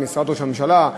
ממשרד ראש הממשלה,